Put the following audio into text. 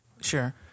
Sure